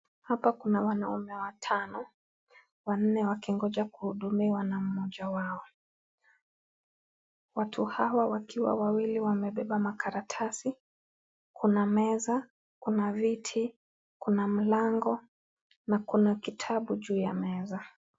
Hapa Kuna wanaume watano, wanne wakingonja kuhudumiwa na mmoja wao, watu Hawa wakiwa wawili wamebeba makaratasi, Kuna meza Kuna viti, kuna mlango, na Kuna kitabu juu ya meza.